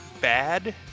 bad